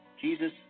Jesus